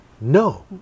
No